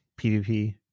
pvp